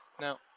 Now